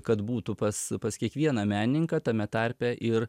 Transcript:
kad būtų pas pas kiekvieną menininką tame tarpe ir